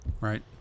Right